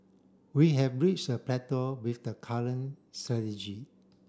we have reached a plateau with the current strategy